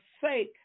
sake